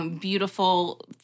Beautiful